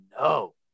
no